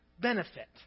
benefit